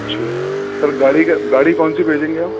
سر گاڑی گاڑی کون سی بھیجیں گے آپ